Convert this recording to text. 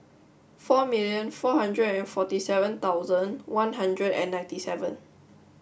four million four hundred and forty seven thousand one hundred and ninety seven